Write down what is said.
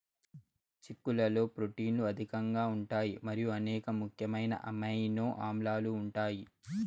చిక్కుళ్లలో ప్రోటీన్లు అధికంగా ఉంటాయి మరియు అనేక ముఖ్యమైన అమైనో ఆమ్లాలు ఉంటాయి